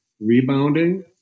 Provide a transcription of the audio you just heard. rebounding